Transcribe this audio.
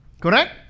Correct